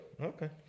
Okay